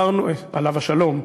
עליו השלום,